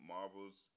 Marvel's